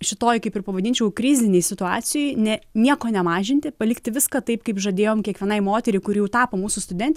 šitoj kaip ir pavadinčiau krizinėj situacijoj ne nieko nemažinti palikti viską taip kaip žadėjom kiekvienai moteriai kuri jau tapo mūsų studentė